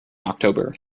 october